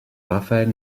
rafael